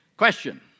Question